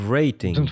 rating